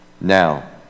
Now